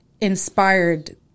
inspired